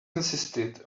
insisted